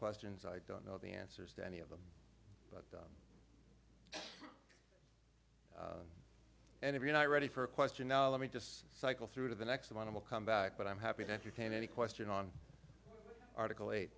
questions i don't know the answers to any of them and if you're not ready for a question now let me just cycle through to the next the money will come back but i'm happy to entertain any question on article eight